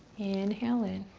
inhale in